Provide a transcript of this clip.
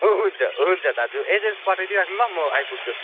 हुन्छ हुन्छ दाजु एड्रेस पठाइ दिइराख्नु ल म आइपुग्छु